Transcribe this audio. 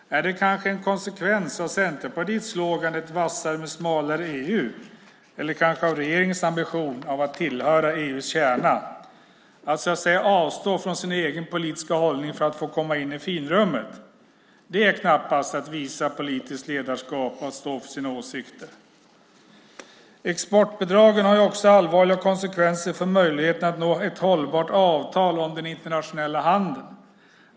Är det kanske en konsekvens av Centerpartiets slogan "ett vassare men smalare EU" eller kanske av regeringens ambition att tillhöra EU:s kärna, det vill säga att avstå från sin egen politiska hållning för att komma in i finrummet? Det är knappast att visa politiskt ledarskap och att stå för sina åsikter. Exportbidragen har också allvarliga konsekvenser för möjligheterna att nå ett hållbart avtal om den internationella handeln.